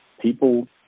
People